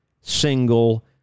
single